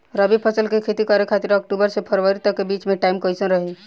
रबी फसल के खेती करे खातिर अक्तूबर से फरवरी तक के बीच मे टाइम कैसन रही?